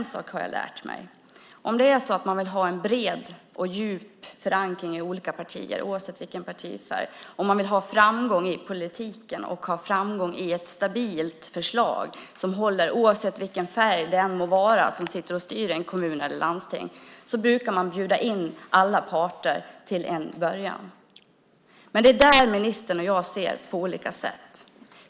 Jag har lärt mig att om man vill ha en bred och djup förankring i olika partier - oavsett partifärg - och om man vill ha framgång i politiken med ett stabilt förslag som håller oavsett vilket parti som styr en kommun eller ett landsting brukar man bjuda in alla parter från början. Ministern och jag ser på olika sätt på det.